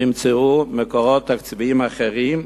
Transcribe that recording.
יימצאו מקורות תקציביים אחרים,